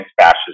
fascism